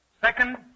Second